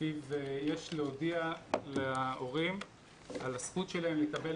לפיו יש להודיע להורים על הזכות שלהם לקבל